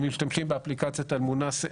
הם משתמשים באפליקציה אל מונזם,